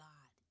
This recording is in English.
God